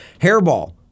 Hairball